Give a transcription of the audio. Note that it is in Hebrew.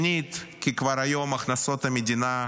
שנית, כי כבר היום הכנסות המדינה,